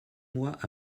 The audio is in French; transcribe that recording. mois